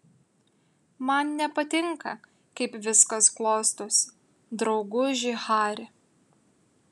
man nepatinka kaip viskas klostosi drauguži hari